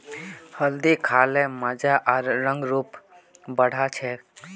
हल्दी खा ल मजा आर रंग रूप बढ़ा छेक